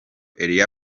elie